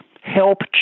help